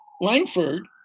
Langford